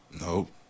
Nope